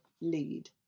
lead